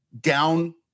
down